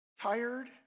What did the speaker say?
tired